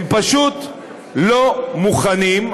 הם פשוט לא מוכנים,